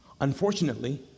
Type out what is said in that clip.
unfortunately